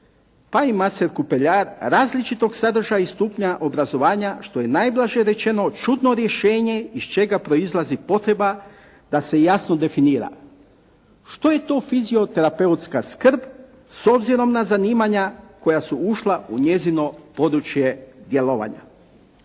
pa i maser kupeljar različitog sadržaja i stupnja obrazovanja što je najblaže rečeno čudno rješenje iz čega proizlazi potreba da se jasno definira što je to fizioterapeutska skrb s obzirom na zanimanja koja su ušla u njezino područje djelovanja.